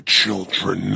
children